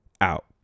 out